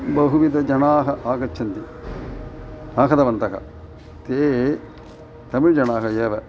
बहुविधजनाः आगच्छन्ति आहूतवन्तः ते तमिळ्जनाः एव